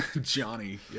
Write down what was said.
Johnny